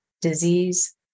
disease